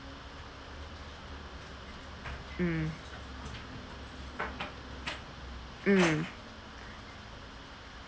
mm mm